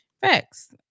facts